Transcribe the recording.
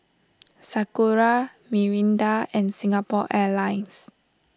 Sakura Mirinda and Singapore Airlines